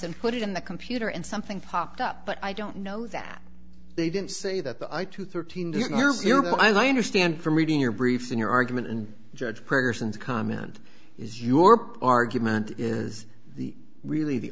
and put it in the computer and something popped up but i don't know that they didn't say that i too thirteen years you know i understand from reading your briefs in your argument and judge persons comment is your argument is really the